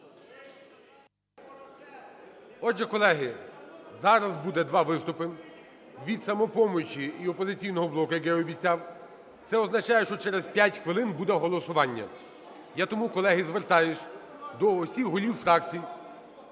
Отже, колеги, зараз буде два виступи від "Самопомочі" і "Опозиційного блоку", як я і обіцяв. Це означає, що через 5 хвилин буде голосування. Я тому, колеги, звертаюсь до усіх голів фракцій,